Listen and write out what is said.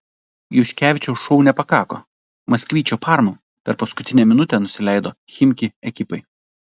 juškevičiaus šou nepakako maksvyčio parma per paskutinę minutę nusileido chimki ekipai